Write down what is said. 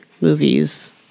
movies